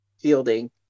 fielding